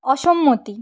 অসম্মতি